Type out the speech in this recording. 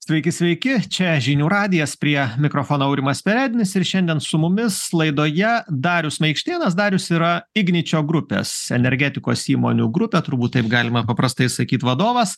sveiki sveiki čia žinių radijas prie mikrofono aurimas perednis ir šiandien su mumis laidoje darius maikštėnas darius yra igničio grupės energetikos įmonių grupė turbūt taip galima paprastai sakyt vadovas